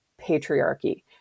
patriarchy